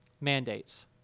mandates